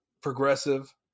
progressive